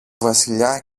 βασιλιά